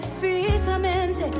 fijamente